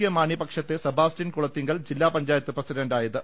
K Mani പക്ഷത്തെ സെബാസ്റ്റ്യൻ കുളത്തിങ്കൽ ജില്ലാ പഞ്ചായത്ത് പ്രസിഡന്റായത്